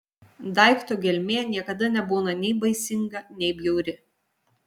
daikto gelmė niekada nebūna nei baisinga nei bjauri